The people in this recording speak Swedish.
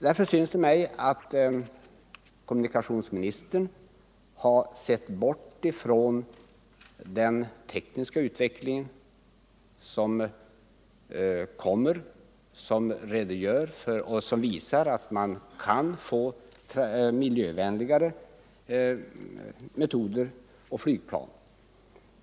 Det synes mig som om kommunikationsministern har sett bort från den tekniska utvecklingen, som visar att man kan få miljövänligare metoder och flygplan.